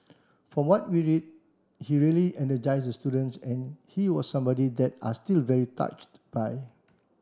from what we read he really energised the students and he was somebody that they are still very touched by